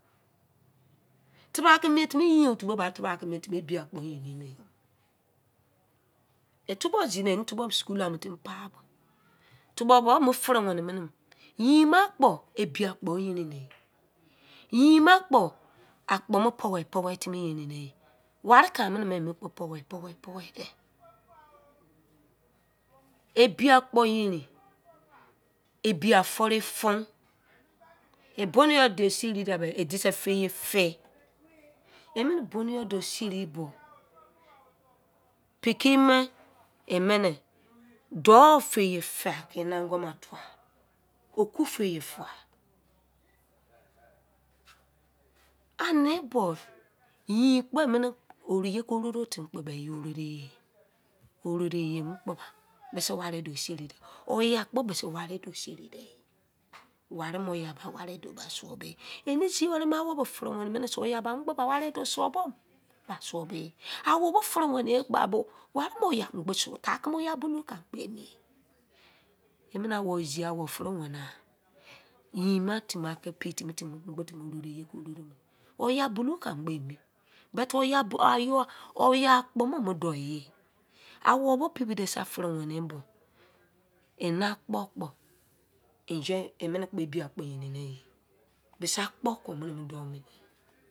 Tebra ke mien timi yein tubo ba bebra ke mien timi ebi akpo yerin mene. Etubo zide ene tubo me schoola mu timi pai, tubo bo me fere wene me, yein ma kpo ebi akpo yerine. Yein ma kpo, akpo me puwei puwei timi yerine, ware ka mene mi kpo, puwei, puwei ke yerine ebi akpo yerin, ebiafore fun ebonu you do seride be edise feye fe: emene bony you do seri bo peike me emene dou feye fe ene ongu ma tuwa, oku feye fe, ane kpo iye kpo emo roro timi ororo yem kpo mese ware doseride oyah kpo mese ware do seri de, ware me bo oyah suwo de ene zi were mi owobo fere wene mene se oyah ba mo kpo ba ware do suwo bo mene? Ba suwo bo e. Owo bo fere wene ye gba bo ware me oyah mo kpo suwo, tare-kumo oyah bulou ke mi emene owo ziya owo fere wene yan yein ma timi ake peti petimi timi iye ke ororo mene oyah bulou ka ma mi but oyah akpo me o mo dou e owobo pepi deseri ferewene mo ena akpo kpo enjoy, emene kpo ebi akpo yerin, mese akpo ke wo mene mo do mene ye.